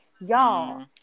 y'all